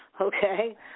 okay